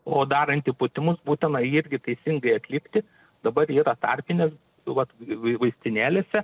o darant įpūtimus būtina irgi teisingai atlikti dabar yra tarpinis vat vai vaistinėlėse